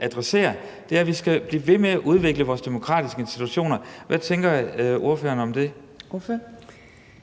adresserer, nemlig at vi skal blive ved med at udvikle vores demokratiske institutioner. Hvad tænker ordføreren om det? Kl.